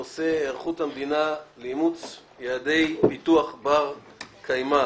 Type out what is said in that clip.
הנושא הוא: היערכות המדינה לאימוץ יעדי פיתוח בר קיימא,